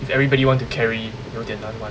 if everybody you want to carry 有点难玩